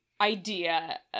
idea